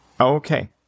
Okay